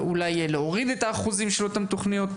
ואולי להוריד את האחוזים של אותן תוכניות